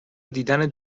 دیدن